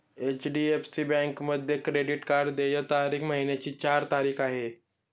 HDFC बँकेमध्ये credit card देय तारीख महिन्याची चार तारीख आहे